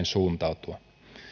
suuntautua